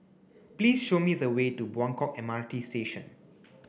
please show me the way to Buangkok M R T Station